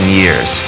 years